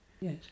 yes